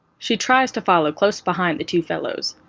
she tries to follow close behind the two fellows,